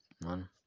man